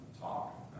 talk